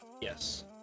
Yes